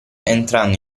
entrando